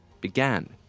Began